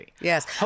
Yes